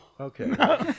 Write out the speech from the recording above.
okay